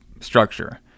structure